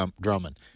Drummond